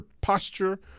posture